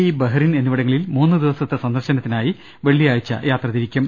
E Bahrain എന്നിവിട ങ്ങളിൽ മൂന്നുദിവസത്തെ സന്ദർശനത്തിനായി വെള്ളിയാഴ്ച യാത്ര തിരിക്കും